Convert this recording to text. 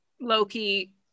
loki